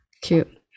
Cute